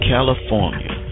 California